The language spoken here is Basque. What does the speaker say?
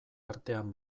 artean